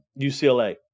UCLA